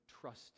trust